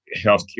healthcare